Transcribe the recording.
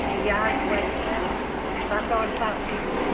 یہِ حظ بَنہِ سَتھ ٲٹھ ساس رۄپیہِ